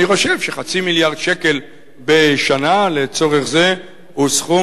אני חושב שחצי מיליארד שקל בשנה לצורך זה הוא סכום